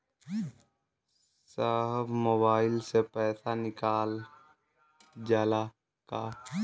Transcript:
साहब मोबाइल से पैसा निकल जाला का?